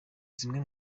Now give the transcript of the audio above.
zimwe